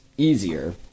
easier